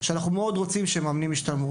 שאנחנו מאוד רוצים שמאמנים ישתלמו.